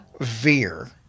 Veer